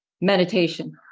meditation